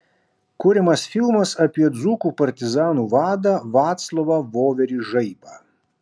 kuriamas filmas apie dzūkų partizanų vadą vaclovą voverį žaibą